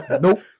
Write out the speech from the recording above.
Nope